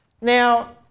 Now